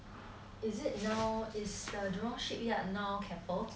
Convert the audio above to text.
is it now is the jurong shipyard now Keppel